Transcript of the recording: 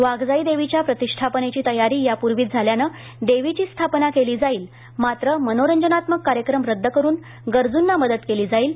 वाघजाईदेवीच्या प्रतिष्ठापनेची तयारी यापूर्वीच झाल्याने देवीची स्थापना केली जाईल मात्र मनोरंजनात्मक कार्यक्रम रद्द करुन गरजूंना मदत केली जाईल